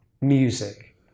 music